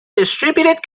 distributed